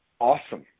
awesome